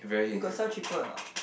you got sell cheaper or not